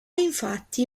infatti